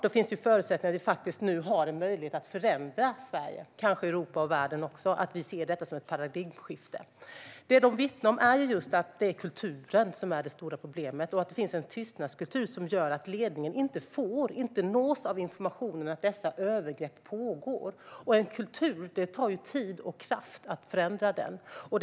Nu har vi förutsättningar och möjlighet att faktiskt förändra Sverige - kanske Europa och världen också - och att se detta som ett paradigmskifte. Det man vittnar om är att det är kulturen som är det stora problemet, att det finns en tysthetskultur som gör att ledningen inte nås av informationen att dessa övergrepp pågår. Det tar tid och kraft att förändra en kultur.